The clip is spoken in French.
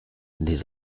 des